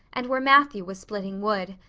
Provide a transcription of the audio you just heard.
and where matthew was splitting wood.